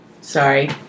sorry